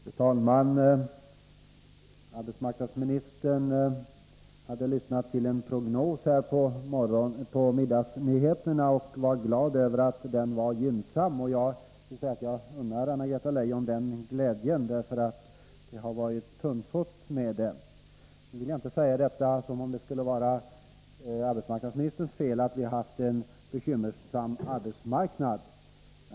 Fru talman! Arbetsmarknadsministern hade lyssnat till en prognos på middagsnyheterna och var glad över att den var gynnsam. Jag vill säga att jag unnar Anna-Greta Leijon den glädjen, för det har varit tunnsått med glädjeämnen. Nu vill jag inte säga att det skulle vara arbetsmarknadsministerns fel att vi har en bekymmersam arbetsmarknad.